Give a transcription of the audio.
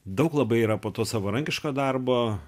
daug labai yra po to savarankiško darbo